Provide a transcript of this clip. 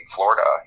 Florida